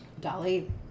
Dolly